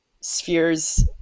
spheres